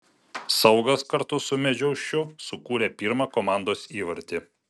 saugas kartu su medžiaušiu sukūrė pirmą komandos įvartį